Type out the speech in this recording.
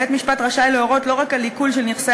בית-המשפט רשאי להורות לא רק על עיקול של נכסי